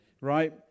right